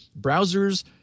browsers